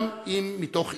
גם אם מתוך אי-הסכמה,